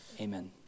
Amen